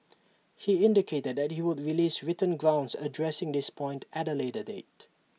he indicated that he would release written grounds addressing this point at A later date